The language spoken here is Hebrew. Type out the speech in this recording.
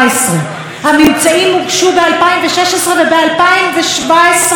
וב-2017 כבר התקיימו על זה ישיבות,